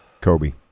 Kobe